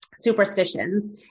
superstitions